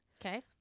Okay